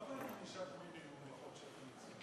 למה אין ענישת מינימום בחוק שאתה מציע?